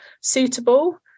suitable